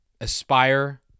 aspire